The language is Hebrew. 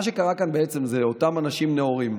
מה שקרה כאן בעצם זה שאותם אנשים נאורים,